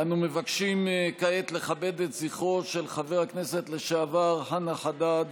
אנו מבקשים כעת לכבד את זכרו של חבר הכנסת לשעבר חנא חדד,